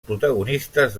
protagonistes